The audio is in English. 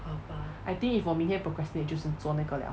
I think if 我明天 procrastinate 就是做那个 liao